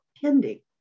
pending